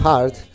Hard